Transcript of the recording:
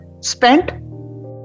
spent